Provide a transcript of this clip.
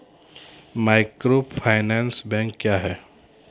Microfinance bank क्या हैं?